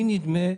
לי נדמה,